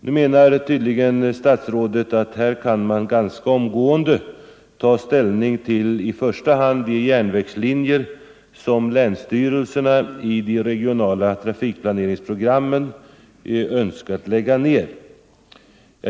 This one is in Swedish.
Nu menar tydligen statsrådet att här kan man ganska omgående ta ställning till i första hand de järnvägslinjer som länsstyrelserna i de regionala trafikplaneringsprogrammen önskat lägga ned.